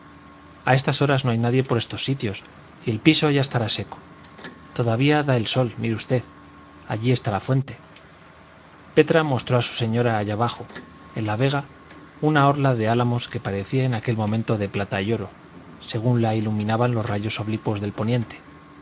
a estas horas no hay nadie por estos sitios y el piso ya estará seco todavía da el sol mire usted allí está la fuente petra mostró a su señora allá abajo en la vega una orla de álamos que parecía en aquel momento de plata y oro según la iluminaban los rayos oblicuos del poniente